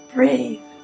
Breathe